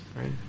Right